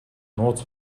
нууц